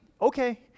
Okay